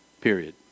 Period